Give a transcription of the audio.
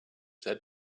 that